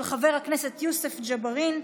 של חבר הכנסת יוסף ג'בארין.